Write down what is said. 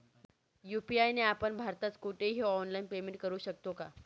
UPI ने आपण भारतात कुठेही ऑनलाईन पेमेंट करु शकतो का?